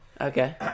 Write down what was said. Okay